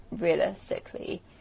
realistically